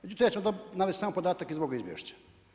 Međutim ja ću vam navesti samo podatak iz ovog izvješća.